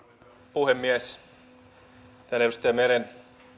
puhemies tähän edustaja meren